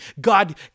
God